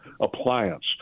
appliance